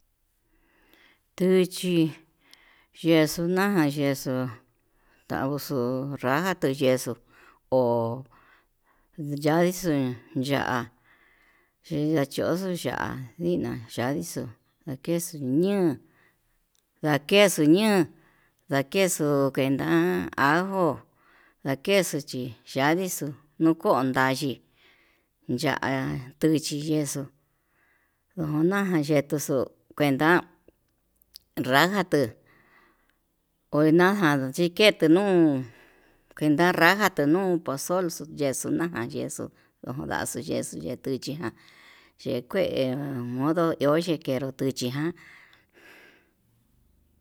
Nduchi yexo'o na'a yexo tauxo raja tuu yexo, ho yandixo ya'á chí ndachoxo ya'á ndina yadixo ndakexo ña'á ndakexo ña'á ndakexo kuenta ajó ndakexuu chí yandixo nukón ndayii ya'a tuchi yexuu ndona yekuxo, kuenta raja tuu kuena ján chi keti nuu kuenta raja tenuu pozol yexunaja yexuu yaxuu yexu ndetuchí ján ye'e kué ndamodo iho yikenró otuchí ján.